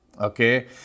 Okay